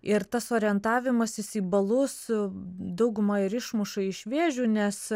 ir tas orientavimasis į balus daugumą ir išmuša iš vėžių nes